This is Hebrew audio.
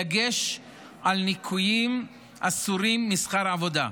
בדגש על ניכויים אסורים משכר העבודה.